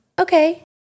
Okay